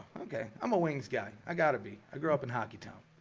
okay. i'm a wings guy i gotta be i grew up in hockey town,